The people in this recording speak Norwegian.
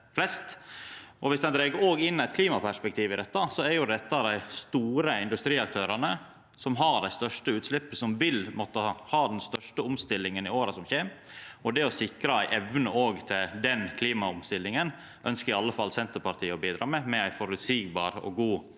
ein òg dreg inn eit klimaperspektiv i dette, er dette dei store industriaktørane, som har dei største utsleppa, og som vil måtta ha den største omstillinga i åra som kjem. Det å sikra ei evne til den klimaomstillinga ønskjer i alle fall Senterpartiet å bidra med, med ei føreseieleg og god